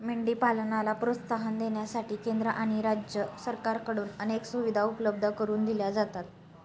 मेंढी पालनाला प्रोत्साहन देण्यासाठी केंद्र आणि राज्य सरकारकडून अनेक सुविधा उपलब्ध करून दिल्या जातात